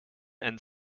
and